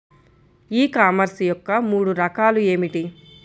E commerce యొక్క మూడు రకాలు ఏమిటి?